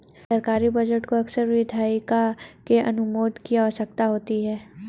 सरकारी बजट को अक्सर विधायिका के अनुमोदन की आवश्यकता होती है